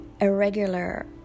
irregular